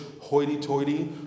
hoity-toity